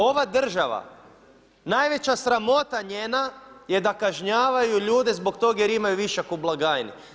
Ova država, najveća sramota njena je da kažnjavaju ljude zbog toga jer imaju višak u blagajni.